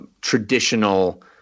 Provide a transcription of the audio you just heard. traditional